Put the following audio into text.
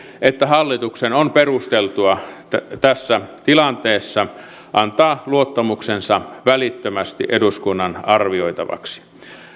että hallituksen on perusteltua tässä tilanteessa antaa luottamuksensa välittömästi eduskunnan arvioitavaksi